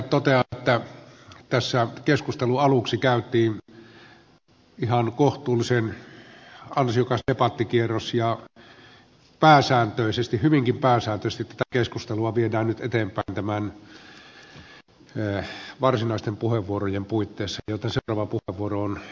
totean että tässä keskustelun aluksi käytiin ihan kohtuullisen ansiokas debattikierros ja pääsääntöisesti hyvinkin pääsääntöisesti tätä keskustelua viedään nyt eteenpäin näiden varsinaisten puheenvuorojen puitteissa joten seuraava puheenvuoro on aivan oikeassa järjestyksessä edustaja tiilikaisella